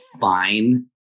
fine